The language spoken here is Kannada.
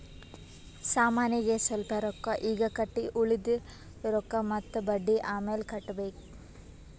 ಸಾಮಾನಿಗ್ ಸ್ವಲ್ಪ್ ರೊಕ್ಕಾ ಈಗ್ ಕಟ್ಟಿ ಉಳ್ದಿದ್ ರೊಕ್ಕಾ ಮತ್ತ ಬಡ್ಡಿ ಅಮ್ಯಾಲ್ ಕಟ್ಟಬೇಕ್